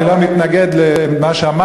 שם